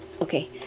okay